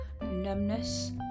numbness